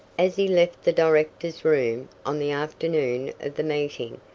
as he left the directors' room, on the afternoon of the meeting,